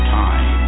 time